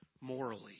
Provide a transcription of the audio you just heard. morally